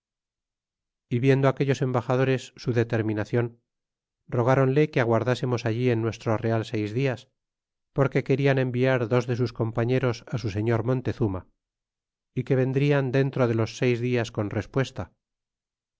y viendo aquellos embaxadorea determinacion rogáronle que aguardásemos allí en nuestro real seis dias porque quedan enviar dos de sus compañeros á su señor montezuma y que vendrían dentro de los seis diaa con respuesta